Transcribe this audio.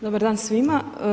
Dobar dan svima.